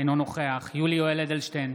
אינו נוכח יולי יואל אדלשטיין,